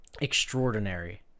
extraordinary